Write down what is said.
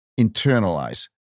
internalize